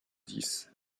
dix